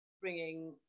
bringing